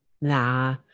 nah